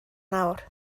nawr